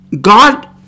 God